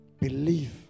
believe